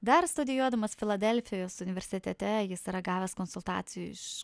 dar studijuodamas filadelfijos universitete jis yra gavęs konsultacijų iš